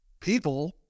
people